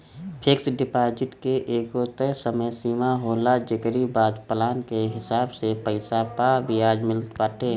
fix deposit के एगो तय समय सीमा होला जेकरी बाद प्लान के हिसाब से पईसा पअ बियाज मिलत बाटे